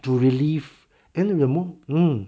to relief in your mo~ mm